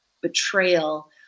betrayal